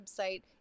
website